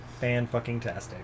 fan-fucking-tastic